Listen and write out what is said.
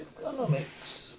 Economics